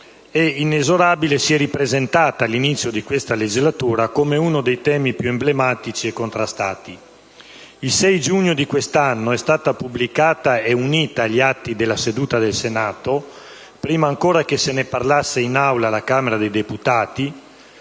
e, inesorabile, si è ripresentata all'inizio di questa legislatura come uno dei temi più emblematici e contrastati. Il 6 giugno di quest'anno è stata pubblicata, e unita agli atti della seduta del Senato, prima ancora che se ne parlasse in Aula alla Camera dei deputati,